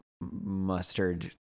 mustard